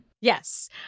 Yes